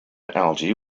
algae